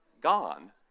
gone